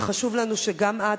וחשוב לנו שגם את,